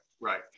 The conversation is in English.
right